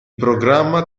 programma